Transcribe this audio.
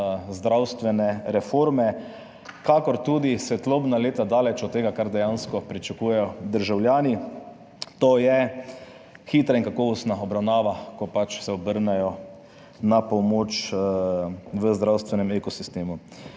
zdravstvene reforme, kakor tudi svetlobna leta daleč od tega, kar dejansko pričakujejo državljani, to je hitra in kakovostna obravnava, ko pač se obrnejo na pomoč v zdravstvenem ekosistemu.